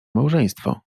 małżeństwo